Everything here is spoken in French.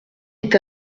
est